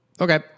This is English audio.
Okay